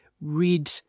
read